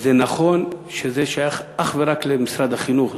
זה נכון שזה שייך אך ורק למשרד החינוך,